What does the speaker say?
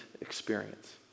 experience